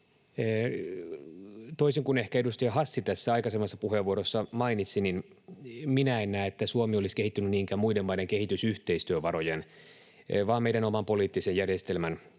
Toisin kuin ehkä edustaja Hassi tässä aikaisemmassa puheenvuorossa mainitsi, minä en näe, että Suomi olisi kehittynyt niinkään muiden maiden kehitysyhteistyövarojen vaan meidän oman poliittisen järjestelmämme